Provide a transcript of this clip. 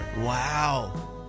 wow